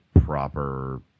proper